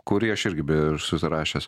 kurį aš irgi beje esu užsirašęs